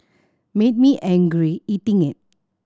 made me angry eating it